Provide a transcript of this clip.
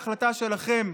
ההחלטה שלכם,